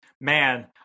Man